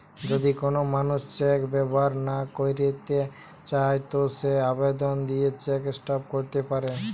যদি কোন মানুষ চেক ব্যবহার না কইরতে চায় তো সে আবেদন দিয়ে চেক স্টপ ক্যরতে পারে